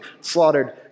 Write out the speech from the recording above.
slaughtered